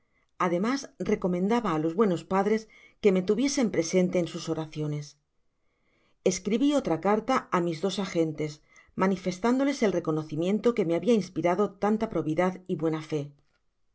ademas recomendaba á los buenos padres que me tuviesen presente en sus oraciones escribi otra carta á mis dos agentes manifestándoles ei reconocimiento que me habia inspirado tanta probidad y buena fé no